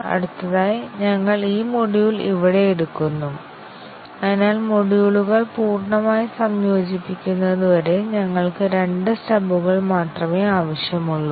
അടുത്തതായി ഞങ്ങൾ ഈ മൊഡ്യൂൾ ഇവിടെ എടുക്കുന്നു അതിനാൽ മൊഡ്യൂളുകൾ പൂർണ്ണമായി സംയോജിപ്പിക്കുന്നതുവരെ ഞങ്ങൾക്ക് രണ്ട് സ്റ്റബുകൾ മാത്രമേ ആവശ്യമുള്ളൂ